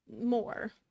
more